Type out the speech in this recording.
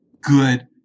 good